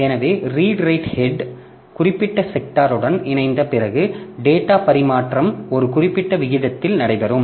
எனவே read write head குறிப்பிட்ட sector உடன் இணைந்த பிறகு டேட்டா பரிமாற்றம் ஒரு குறிப்பிட்ட விகிதத்தில் நடைபெறும்